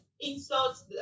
insults